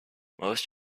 most